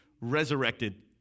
resurrected